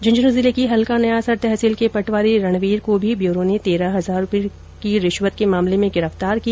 झन्झनू जिले की हलका नयासर तहसील के पटवारी रणवीर को भी ब्यूरो ने आज तेरह हजार रुपये की रिश्वत लेते गिरफ्ता किया